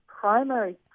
primary